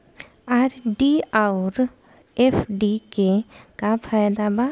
RD आउर FD के का फायदा बा?